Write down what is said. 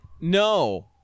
no